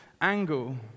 angle